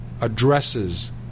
addresses